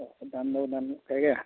ᱫᱟᱢ ᱫᱚ ᱫᱟᱢ ᱧᱚᱜ ᱜᱮᱭᱟ